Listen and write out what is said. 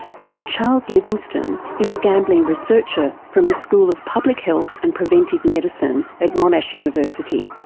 dr charles livingstone is a gambling researcher from the school of public health and preventive medicine at monash university.